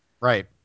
Right